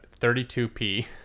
32p